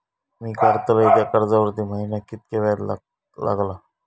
मी काडलय त्या कर्जावरती महिन्याक कीतक्या व्याज लागला?